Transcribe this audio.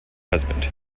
husband